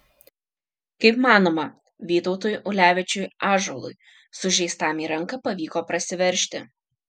kaip manoma vytautui ulevičiui ąžuolui sužeistam į ranką pavyko prasiveržti